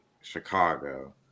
Chicago